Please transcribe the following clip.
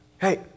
Hey